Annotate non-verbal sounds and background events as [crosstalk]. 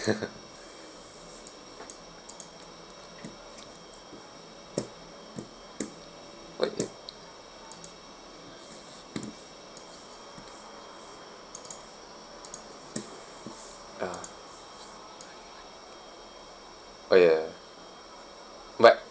[laughs] okay ah oh ya but